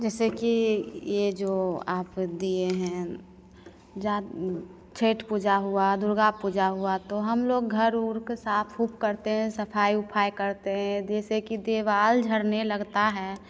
जैसे कि ये जो आप दिए हैं जा छठ पूजा हुआ दुर्गा पूजा हुआ तो हम लोग घर उर को साफ ऊफ करते हैं सफाई उफाई करते हैं जैसे कि दीवाल झड़ने लगता है